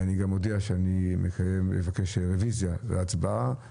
ואני גם מודיע שאני אבקש רוויזיה להצבעה.